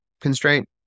constraint